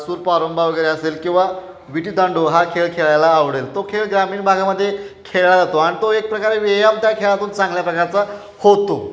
सुरपारंबा वगैरे असेल किंवा विटीदांडू हा खेळ खेळायला आवडेल तो खेळ ग्रामीण भागामध्ये खेळला जातो आणि तो एक प्रकारे व्यायाम त्या खेळातून चांगल्या प्रकारचा होतो